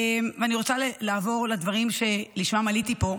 אני רוצה לעבור לדברים שלשמם עליתי לפה,